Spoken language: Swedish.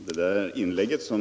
Herr talman!